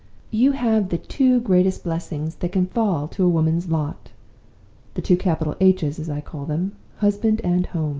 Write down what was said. you have the two greatest blessings that can fall to a woman's lot the two capital h's, as i call them husband and home